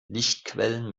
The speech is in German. lichtquellen